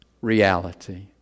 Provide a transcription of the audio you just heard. reality